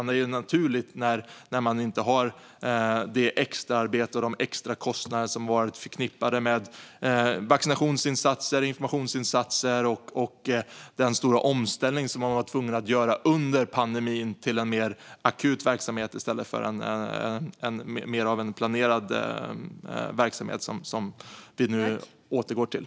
Det är naturligt när man inte har det extraarbete och de extrakostnader som har varit förknippade med vaccinationsinsatser, informationsinsatser och den stora omställning som man var tvungen att göra under pandemin till en mer akut verksamhet från att ha haft mer av en planerad verksamhet, som vi nu återgår till.